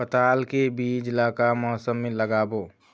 पताल के बीज ला का मौसम मे लगाबो?